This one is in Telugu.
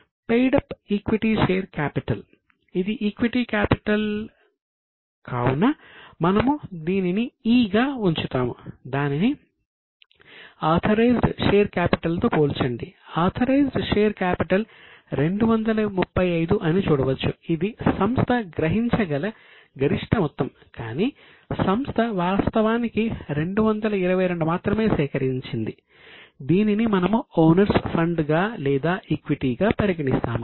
paid up equity share capital గా పరిగణిస్తాము